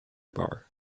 bar